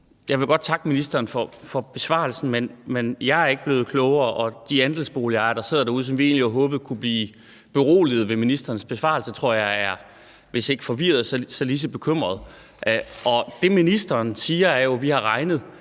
Jeg vil godt takke ministeren for besvarelsen, men jeg er ikke blevet klogere. Og de andelsboligejere, der sidder derude, og som vi egentlig havde håbet kunne blive beroliget af ministerens besvarelse, tror jeg er, hvis ikke forvirrede så lige så bekymrede. Og det, ministeren siger, er jo: Vi har regnet.